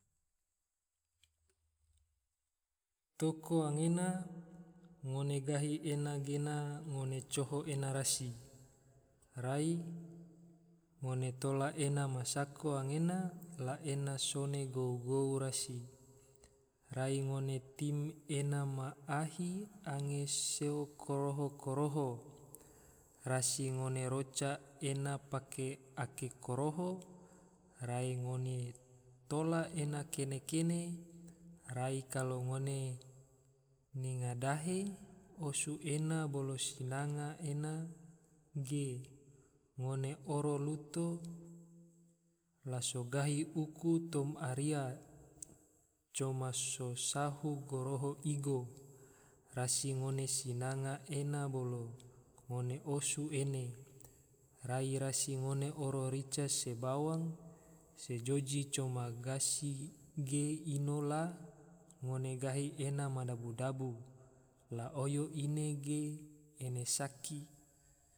Toko anggena, ngone gahi ena gena, ngone coho ena rasi, rai ngone tola ena ma sako anggena la ena sone gou-gou rasi, rai ngone tim ena ma ahi angge so koroho-koroho, rasi ngone roca ena apke ake koroho, rai ngone tola ena kene-kene, rai kalo ngone nyinga dahe osu ena bolo sunanga ena ge, ngone oro luto la so gahi uku toma ria, coma so sahu goroho igo, rasi ngone sinanga ena bolo ngone osu ene, rai rasi ngone oro rica se bawang, se joji coma gasi ge, ino la ngone gahi ena ma dabu-dabu, la oyo ine ge ene saki